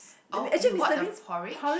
oh you bought the porridge